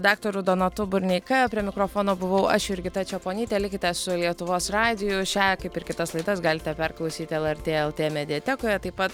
daktaru donatu burneika prie mikrofono buvau aš jurgita čeponytė likite su lietuvos radiju šią kaip ir kitas laidas galite perklausyti lrt lt mediatekoje taip pat